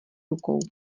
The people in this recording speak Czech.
rukou